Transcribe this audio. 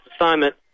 assignment